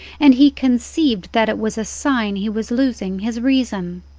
and he conceived that it was a sign he was losing his reason.